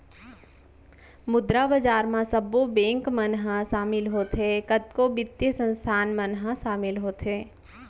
मुद्रा बजार म सब्बो बेंक मन ह सामिल होथे, कतको बित्तीय संस्थान मन ह सामिल होथे